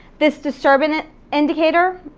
this disturbance indicator,